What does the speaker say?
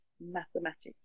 mathematics